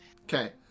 Okay